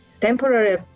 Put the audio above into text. temporary